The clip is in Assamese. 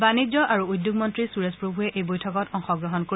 বানিজ্য আৰু উদ্যোগ মন্ত্ৰী সূৰেশ প্ৰভূৱে এই বৈঠকত অংশগ্ৰহণ কৰিব